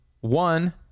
one